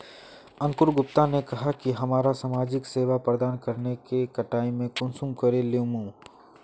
अंकूर गुप्ता ने कहाँ की हमरा समाजिक सेवा प्रदान करने के कटाई में कुंसम करे लेमु?